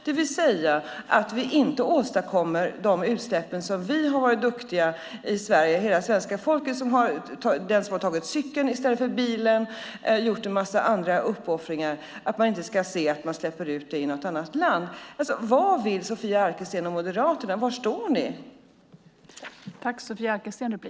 Då kommer inte de utsläpp som hela svenska folket varit duktiga och gjort uppoffringar för att förhindra, till exempel tagit cykeln i stället för bilen, att släppas ut i något annat land. Vad vill Sofia Arkelsten och Moderaterna? Var står ni?